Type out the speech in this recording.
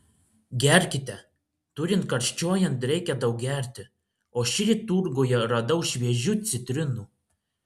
gerkite turint karščiuojant reikia daug gerti o šįryt turguje radau šviežių citrinų